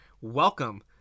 welcome